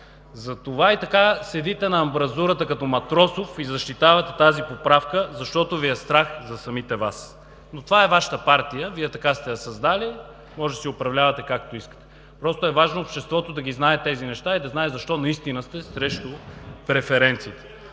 Затова и така седите на амбразурата като Матросов и защитавате тази поправка, защото Ви е страх за самите Вас. Това е Вашата партия, Вие така сте я създали, може да си я управлявате с Вашето искане. Просто е важно обществото да знае тези неща и да знае защо наистина сте срещу преференциите.